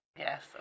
Yes